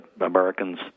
Americans